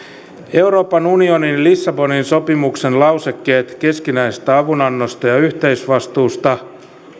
euroopan unionin lissabonin sopimuksen lausekkeet keskinäisestä avunannosta ja yhteisvastuusta